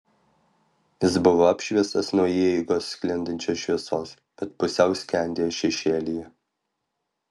jis buvo apšviestas nuo įeigos sklindančios šviesos bet pusiau skendėjo šešėlyje